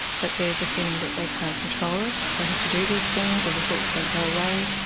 but there's a feeling that they can't control it, they have to do these things or the thoughts won't go away.